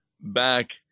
back